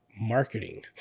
Marketing